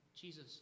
Jesus